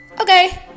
Okay